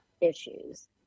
issues